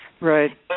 Right